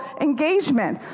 engagement